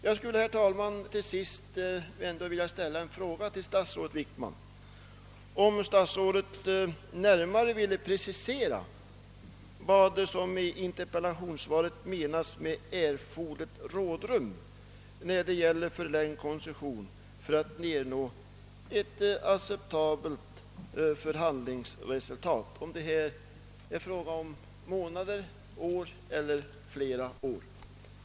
Jag skulle, herr talman, till sist ändå vilja fråga statsrådet Wickman, om statsrådet närmare ville precisera vad som i interpellationssvaret menas med »erforderligt rådrum» när det gäller förlängd områdeskoncession för att ernå ett acceptabelt förhandlingsresultat. Är det här fråga om månader, ett år eller flera år?